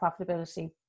profitability